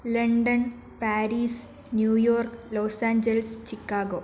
London Paris New York Los Angeles Chicago